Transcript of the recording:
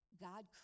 God